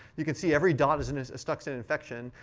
you can see every dot is and is a stuxnet infection.